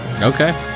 Okay